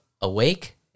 awake